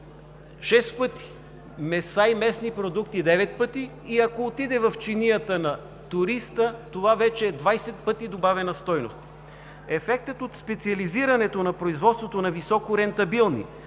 пъти, меса и месни продукти – девет пъти, и ако отиде в чинията на туриста, това вече е 20 пъти добавена стойност. Ефектът от специализирането на производството на високорентабилни,